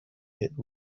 hit